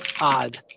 odd